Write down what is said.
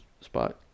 spot